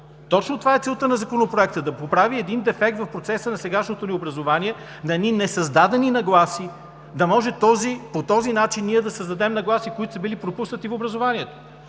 Точно това е целта на Законопроекта: да поправи дефект в процеса на сегашното ни образование на едни несъздадени нагласи, да може по този начин ние да създадем нагласи, които са били пропуснати в образованието.